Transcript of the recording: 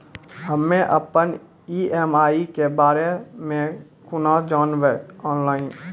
हम्मे अपन ई.एम.आई के बारे मे कूना जानबै, ऑनलाइन?